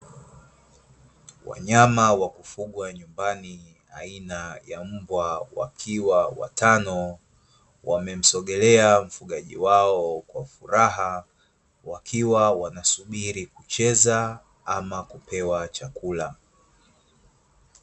Wanyama wa kufugwa nyumbani aina ya mbwa wakiwa watano, wamemsogelea mfugaji wao kwa furaha, wakiwa wanasubiri kucheza, ama kupewa chakula.